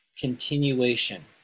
continuation